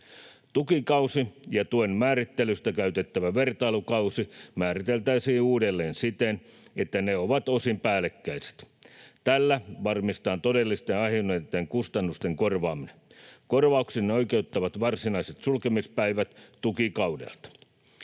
Tukikausi ja tuen määrittelyssä käytettävä vertailukausi määriteltäisiin uudelleen siten, että ne ovat osin päällekkäiset. Tällä varmistetaan todellisten, aiheutuneiden kustannusten korvaaminen. Korvauksiin oikeuttavat varsinaiset sulkemispäivät tukikaudelta.